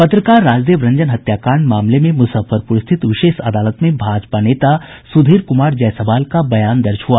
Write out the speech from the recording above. पत्रकार राजदेव रंजन हत्याकांड मामले में मुजफ्फरपुर स्थित विशेष अदालत में भाजपा नेता सुधीर कुमार जयसवाल का बयान दर्ज हुआ